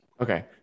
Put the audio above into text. Okay